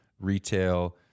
retail